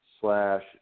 slash